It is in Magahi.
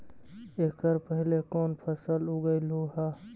एकड़ पहले कौन फसल उगएलू हा?